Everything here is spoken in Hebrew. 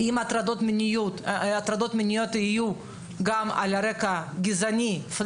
אם ההטרדות מיניות יהיו גם על רגע גזעני/לאומני.